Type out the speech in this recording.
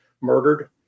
murdered